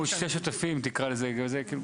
דירה של שני שותפים תקרא לזה.